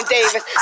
Davis